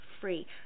free